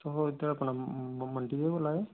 तुस कुन्न अपना बंटी होर बोल्ला दे